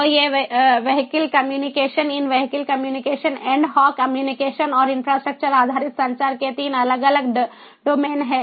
तो ये vehicle communication in vehicle communication ad hoc communication और इंफ्रास्ट्रक्चर आधारित संचार के 3 अलग अलग डोमेन हैं